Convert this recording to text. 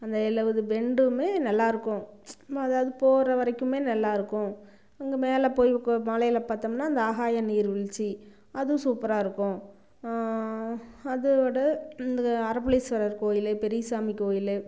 அந்த எழுபது பெண்டுமே நல்லாயிருக்கும் அதாவது போகிற வரைக்குமே நல்லாயிருக்கும் அங்கே மேலே போய் மலையில் பார்த்தமுன்னா அந்த ஆகாய நீர்வீழ்ச்சி அதுவும் சூப்பராக இருக்கும் அதோடு இந்த அரபுலீஸ்வரர் கோயில் பெரிய சாமி கோயில்